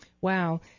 Wow